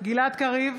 גלעד קריב,